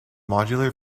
modular